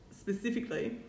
specifically